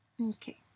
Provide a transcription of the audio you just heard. Okay